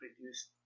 produced